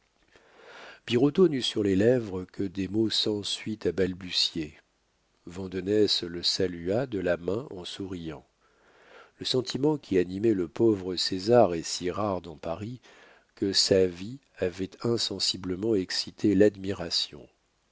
birotteau n'eut sur les lèvres que des mots sans suite à balbutier vandenesse le salua de la main en souriant le sentiment qui animait le pauvre césar est si rare dans paris que sa vie avait insensiblement excité l'admiration